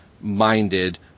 minded